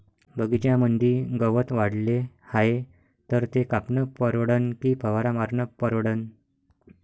बगीच्यामंदी गवत वाढले हाये तर ते कापनं परवडन की फवारा मारनं परवडन?